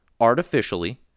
artificially